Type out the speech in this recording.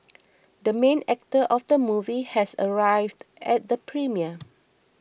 the main actor of the movie has arrived at the premiere